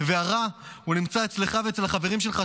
והרע נמצא אצלך ואצל החברים שלך,